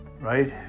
Right